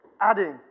adding